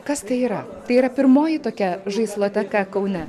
kas tai yra tai yra pirmoji tokia žaisloteka kaune